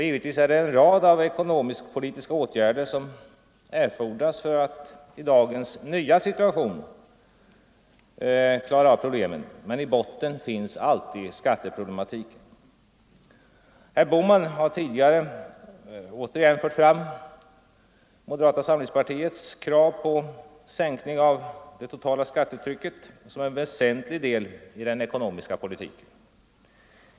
Givetvis är det en rad av ekonomisk-politiska åtgärder som erfordras för att klara problemen i dagens nya situation, men i botten finns alltid skatteproblematiken. Herr Bohman har tidigare åter fört fram moderata samlingspartiets krav på en sänkning av skattetrycket som en väsentlig del i den ekonomiska politiken.